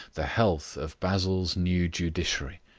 the health of basil's new judiciary.